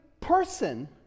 person